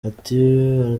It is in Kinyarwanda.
ati